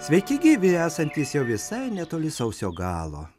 sveiki gyvi esantys jau visai netoli sausio galo